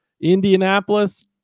Indianapolis